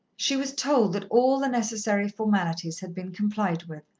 she was told that all the necessary formalities had been complied with,